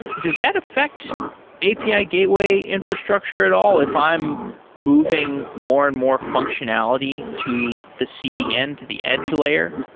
does that affect api gateway infrastructure at all if i'm moving more and more functionality to the cdn to the edge layer?